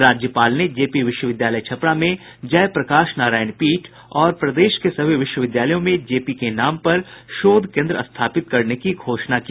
राज्यपाल ने जेपी विश्वविद्यालय छपरा में जयप्रकाश नारायण पीठ और प्रदेश के सभी विश्वविद्यालयों में जेपी के नाम पर शोध केन्द्र स्थापित करने की घोषणा की